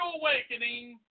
awakening